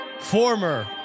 former